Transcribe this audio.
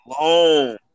long